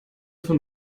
von